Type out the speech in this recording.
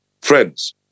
Friends